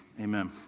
amen